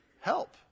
Help